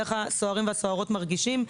ואיך הסוהרים והסוהרות מרגישים,